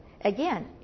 again